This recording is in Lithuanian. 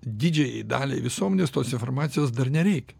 didžiajai daliai visuomenės tos informacijos dar nereikia